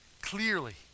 clearly